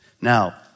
Now